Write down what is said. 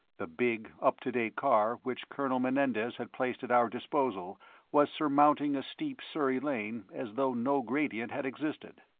the big, up-to-date car which colonel menendez had placed at our disposal was surmounting a steep surrey lane as though no gradient had existed.